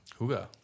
Huga